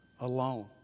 alone